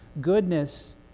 goodness